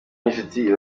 inshuti